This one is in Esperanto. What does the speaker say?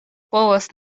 povas